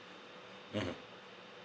mmhmm